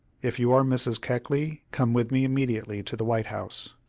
if you are mrs. keckley, come with me immediately to the white house.